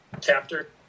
chapter